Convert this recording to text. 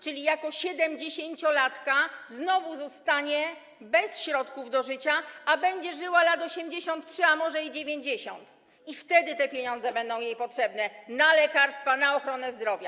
czyli jako siedemdziesięciolatka znowu zostanie bez środków do życia, a będzie żyła lat 83, a może i 90 lat, i wtedy te pieniądze będą jej potrzebne: na lekarstwa, na ochronę zdrowia.